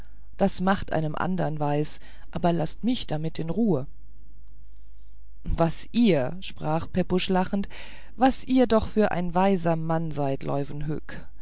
das macht einem andern weis aber mich laßt damit in ruhe was ihr sprach pepusch lachend was ihr doch für ein weiser mann seid